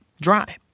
dry